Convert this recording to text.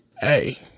hey